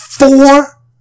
Four